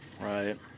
Right